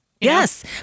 Yes